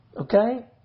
Okay